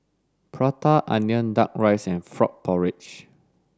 Prata Onion Duck Rice and Frog Porridge